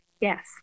yes